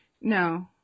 No